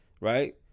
right